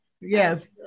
Yes